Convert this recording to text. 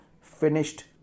finished